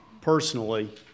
personally